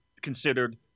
considered